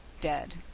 dead!